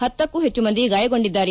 ಹತ್ತಕ್ಕೂ ಹೆಚ್ಚು ಮಂದಿ ಗಾಯಗೊಂಡಿದ್ದಾರೆ